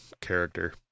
character